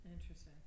Interesting